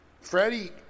Freddie